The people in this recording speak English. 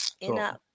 Enough